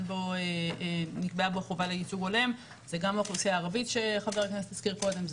בו חובה לייצוג הולם זה גם האוכלוסייה הערבית שחה"כ הזכיר קודם,